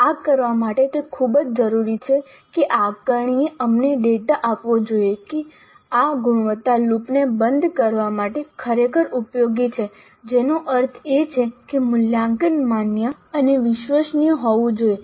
આ કરવા માટે તે ખૂબ જ જરૂરી છે કે આકારણીએ અમને ડેટા આપવો જોઈએ જે આ ગુણવત્તા લૂપને બંધ કરવા માટે ખરેખર ઉપયોગી છે જેનો અર્થ એ છે કે મૂલ્યાંકન માન્ય અને વિશ્વસનીય હોવું જોઈએ